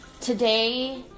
today